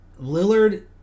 Lillard